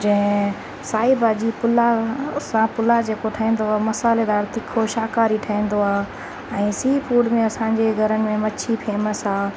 जंहिं साई भाॼी पुला सां पुला जेको ठहींदो आहे मसालेदार तीखो शाकाहारी ठहींदो आहे ऐं सी फूड में असांजे घर में मछी फेमस आहे